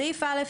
סעיף (א1),